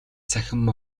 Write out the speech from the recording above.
цахим